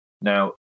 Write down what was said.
Now